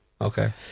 okay